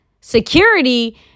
security